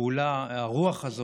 הרוח הזאת,